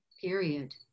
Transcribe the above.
period